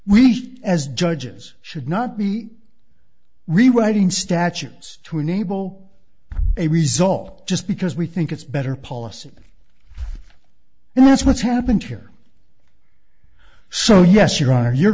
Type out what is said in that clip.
we as judges should not be rewriting statutes to enable a result just because we think it's better policy and that's what's happened here so yes your honor you